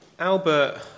Albert